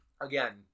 Again